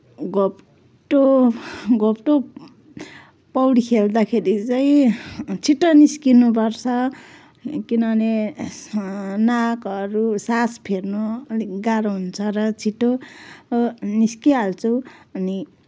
घोप्टो घोप्टो पौडी खेल्दाखेरि चाहिँ छिटो निस्किनुपर्छ कनभने नाकहरू सास फेर्नु अलिक गाह्रो हुन्छ र छिटो निस्किहाल्छु अनि